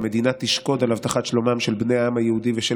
"המדינה תשקוד על הבטחת שלומם של בני העם היהודי ושל